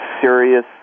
serious